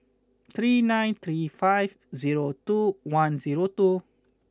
three nine three five zero two one zero two